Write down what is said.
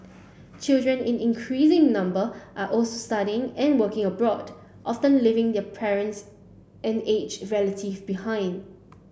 children in increasing number are also studying and working abroad often leaving their parents and aged relative behind